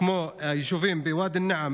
כבוד היושב-ראש,